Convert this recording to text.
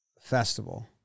festival